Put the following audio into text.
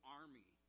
army